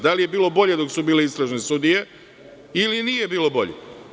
Da li je bilo bolje dok su bile istražne sudije ili nije bilo bolje?